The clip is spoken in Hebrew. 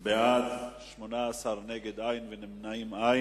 בעד, 18, אין מתנגדים, אין נמנעים.